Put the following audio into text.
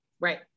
Right